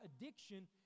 addiction